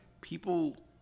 people